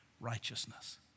righteousness